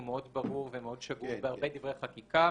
הו מאוד ברור ומאוד שגור בהרבה דברי חקיקה.